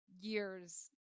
years